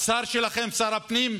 השר שלכם, שר הפנים?